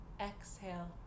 Exhale